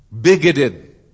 bigoted